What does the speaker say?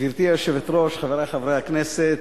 גברתי היושבת-ראש, חברי חברי הכנסת,